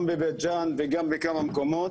גם בבית ג'אן וגם בכמה מקומות,